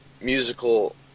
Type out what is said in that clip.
musical